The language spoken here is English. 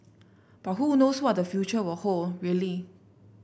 but who knows what the future will hold really